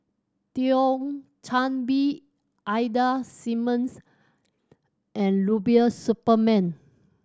Thio Chan Bee Ida Simmons and Rubiah Suparman